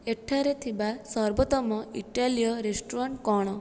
ଏଠାରେ ଥିବା ସର୍ବୋତ୍ତମ ଇଟାଲୀୟ ରେଷ୍ଟୁରାଣ୍ଟ କ'ଣ